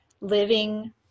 living